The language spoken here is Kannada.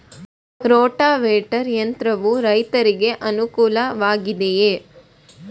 ರೋಟಾವೇಟರ್ ಯಂತ್ರವು ರೈತರಿಗೆ ಅನುಕೂಲ ವಾಗಿದೆಯೇ?